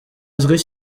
uzwi